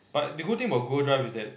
but the good thing about Google Drive is that